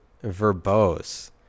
verbose